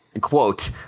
Quote